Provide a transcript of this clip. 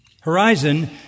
Horizon